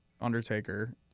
undertaker